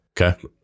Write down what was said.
Okay